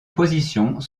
positions